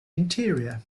interior